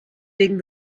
legen